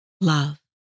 love